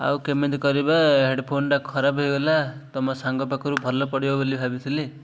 ଆଉ କେମିତି କରିବା ହେଡ଼୍ ଫୋନଟା ଖରାପ ହେଇଗଲା ତୁମ ସାଙ୍ଗ ପାଖରୁ ଭଲ ପଡ଼ିବ ବୋଲି ଭାବିଥିଲି